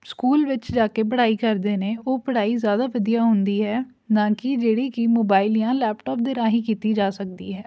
school ਵਿੱਚ ਜਾ ਕੇ ਪੜ੍ਹਾਈ ਕਰਦੇ ਨੇ ਉਹ ਪੜ੍ਹਾਈ ਜ਼ਿਆਦਾ ਵਧੀਆ ਹੁੰਦੀ ਹੈ ਨਾ ਕਿ ਜਿਹੜੀ ਕਿ ਮੋਬਾਈਲ ਜਾਂ ਲੈਪਟੋਪ ਦੇ ਰਾਹੀਂ ਕੀਤੀ ਜਾ ਸਕਦੀ ਹੈ